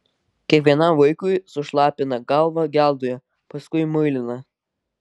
kiekvienam vaikui sušlapina galvą geldoje paskui muilina